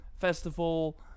Festival